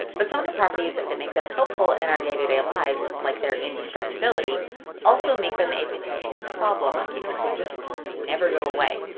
but some of the properties that make them helpful in our day-to-day lives like they're indestructability also make them a potential problem, because they just never go away.